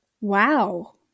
Wow